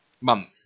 Month